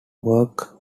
work